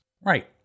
Right